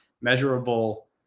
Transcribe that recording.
measurable